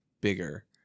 bigger